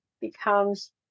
becomes